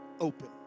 open